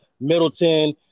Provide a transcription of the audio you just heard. Middleton